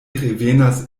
revenas